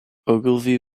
ogilvy